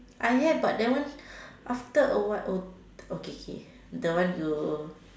I have but that one after awhile oh oh K K the one you